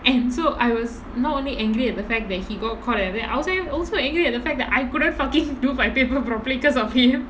and so I was not only angry at the fact that he got caught and I was also angry at the fact that I couldn't fucking do my paper properly because of him